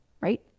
right